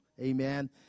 Amen